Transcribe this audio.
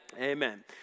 Amen